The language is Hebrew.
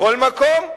בכל מקום,